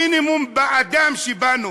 המינימום באדם שבנו.